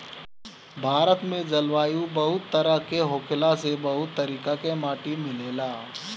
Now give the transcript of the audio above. भारत में जलवायु बहुत तरेह के होखला से बहुत तरीका के माटी मिलेला